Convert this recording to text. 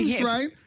right